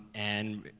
and,